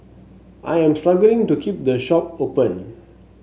I am struggling to keep the shop open